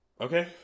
Okay